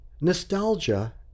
Nostalgia